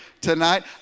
tonight